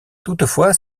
toutefois